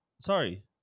Sorry